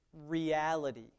reality